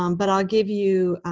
um but i'll give you